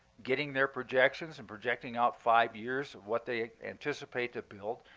getting their projections and projecting out five years what they anticipate to build.